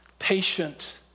patient